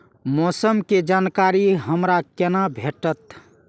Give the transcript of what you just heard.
मौसम के जानकारी हमरा केना भेटैत?